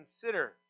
consider